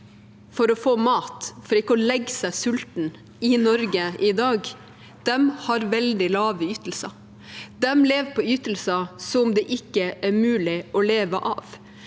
for å få mat, for ikke å legge seg sulten i Norge i dag, har veldig lave ytelser. De lever på ytelser som det ikke er mulig å leve av,